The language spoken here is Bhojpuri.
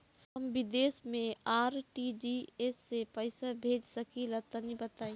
हम विदेस मे आर.टी.जी.एस से पईसा भेज सकिला तनि बताई?